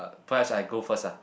uh perhaps I go first ah